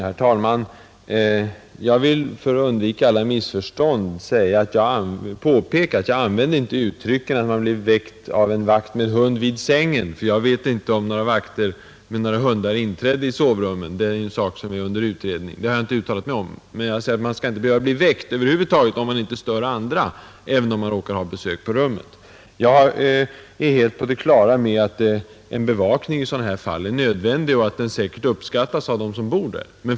Herr talman! För att undvika alla missförstånd vill jag påpeka att jag inte använt uttrycket att någon blivit väckt av en vakt med hund vid sängen. Jag vet inte om några vakter med hundar inträtt i sovrummen. Det är en sak som är under utredning, och det har jag inte uttalat mig om. Men jag har sagt att man inte skall behöva bli väckt över huvud taget, om man inte stör andra, även om man råkar ha besök på rummet. Jag är helt på det klara med att bevakning är nödvändig i ett sådant här fall och att den säkert uppskattas av dem som bor i dessa bostäder.